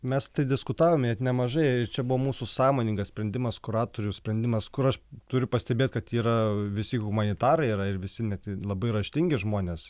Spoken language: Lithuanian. mes diskutavome net nemažai ir čia buvo mūsų sąmoningas sprendimas kuratorių sprendimas kur aš turiu pastebėti kad yra visi humanitarai yra ir visi net labai raštingi žmonės